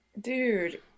dude